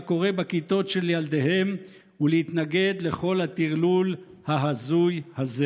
קורה בכיתות של ילדיהם ולהתנגד לכל הטרלול ההזוי הזה.